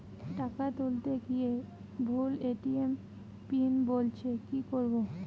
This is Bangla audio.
টাকা তুলতে গিয়ে ভুল এ.টি.এম পিন বলছে কি করবো?